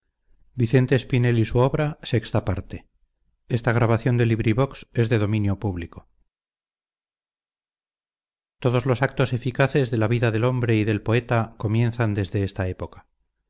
todos los actos eficaces de la vida del hombre y del poeta comienzan desde esta época